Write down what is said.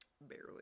barely